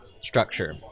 structure